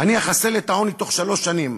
אני אחסל את העוני בתוך שלוש שנים.